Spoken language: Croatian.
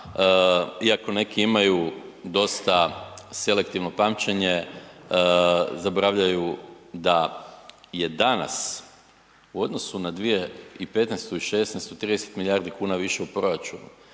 iako neki imaju dosta selektivno pamćenje, zaboravljaju da je danas u odnosu na 2015. i 16. 30 milijardi kuna više u proračunu.